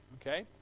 Okay